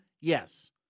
Yes